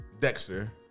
Dexter